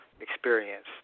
experience